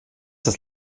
des